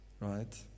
right